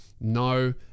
no